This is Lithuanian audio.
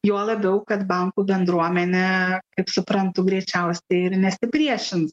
juo labiau kad bankų bendruomenė kaip suprantu greičiausiai ir nesipriešins